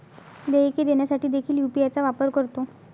देयके देण्यासाठी देखील यू.पी.आय चा वापर करतो